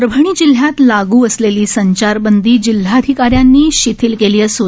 परभणी जिल्ह्यात लागू असलेली संचारबंदी जिल्हाधिकाऱ्यांनी शिथिल केली आहेपरवापासून